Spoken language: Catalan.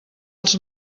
els